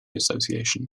association